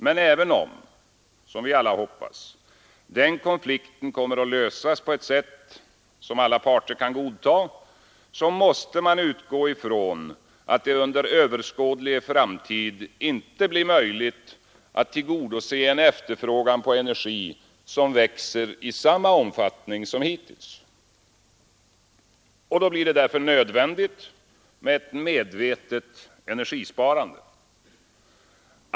Men även om — som vi hoppas — denna konflikt kommer att lösas på ett sätt som alla parter kan godta, måste man utgå från att det under överskådlig framtid inte blir möjligt att tillgodose en efterfrågan på energi som växer i samma omfattning som hittills. Det blir därför nödvändigt med ett medvetet energisparande.